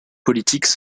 politiques